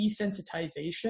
desensitization